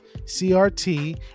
CRT